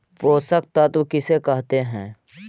पोषक तत्त्व किसे कहते हैं?